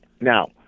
Now